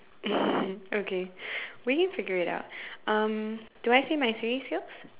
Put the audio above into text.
okay we can we figure it out um do I say my three skills